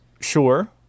sure